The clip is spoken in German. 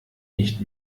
nicht